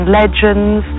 legends